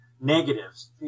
negatives